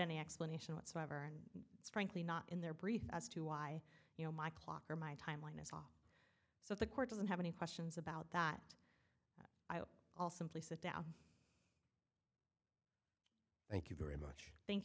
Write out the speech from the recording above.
any explanation whatsoever and it's frankly not in their brief as to why you know my clock or my timeline is off so the court doesn't have any questions about that all simply sit down thank you very much thank